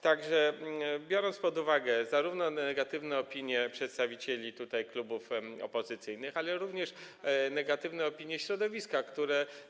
Tak że, biorąc pod uwagę zarówno negatywne opinie przedstawicieli klubów opozycyjnych, jak również negatywne opinie środowiska, które.